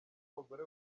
abagore